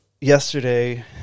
Yesterday